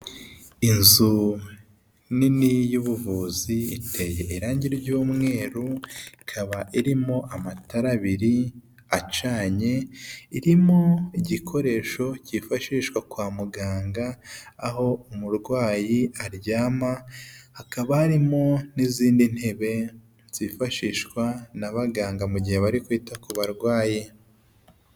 Inzu nini y'ubuvuzi iteye irangi ry'umweru, ikaba irimo amatara abiri acanye, irimo igikoresho cyifashishwa kwa muganga, aho umurwayi aryama, hakaba harimo izindi ntebe zifashishwa n'abaganga, mu gihe bari kwita ku barwayi.